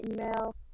email